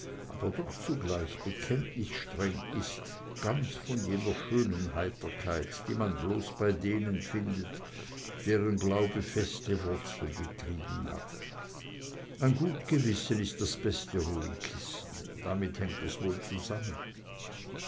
aber doch zugleich bekenntnisstreng ist ganz von jener schönen heiterkeit die man bloß bei denen findet deren glaube feste wurzeln getrieben hat ein gut gewissen ist das beste ruhekissen damit hängt es wohl zusammen